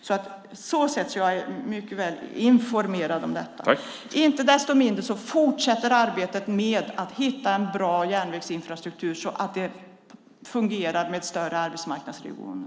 På så sätt är jag alltså mycket välinformerad om läget. Inte desto mindre fortsätter arbetet med att hitta en bra järnvägsinfrastruktur så att det ska fungera med större arbetsmarknadsregioner.